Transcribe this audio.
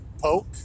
Poke